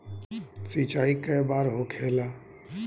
सिंचाई के बार होखेला?